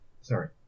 Sorry